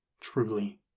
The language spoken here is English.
truly